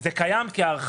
זה קיים כהרחבה,